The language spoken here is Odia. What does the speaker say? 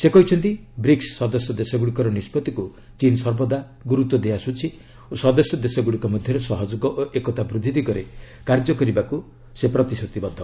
ସେ କହିଛନ୍ତି ବ୍ରିକ୍ସ ସଦସ୍ୟ ଦେଶଗୁଡ଼ିକର ନିଷ୍କଭିକୁ ଚୀନ୍ ସର୍ବଦା ଗୁରୁତ୍ୱଦେଇ ଆସୁଛି ଓ ସଦସ୍ୟ ଦେଶଗୁଡ଼ିକ ମଧ୍ୟରେ ସହଯୋଗ ଓ ଏକତା ବୃଦ୍ଧି ଦିଗରେ କାର୍ଯ୍ୟ କରିବାକୁ ପ୍ରତିଶ୍ରତିବଦ୍ଧ